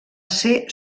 ser